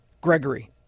Gregory